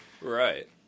Right